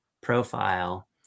profile